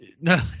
No